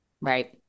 Right